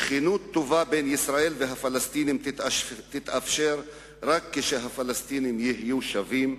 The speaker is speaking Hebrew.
שכנות טובה בין ישראל לבין הפלסטינים תתאפשר רק כשהפלסטינים יהיו שווים,